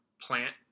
plant